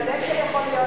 גם דקל יכול להיות פה.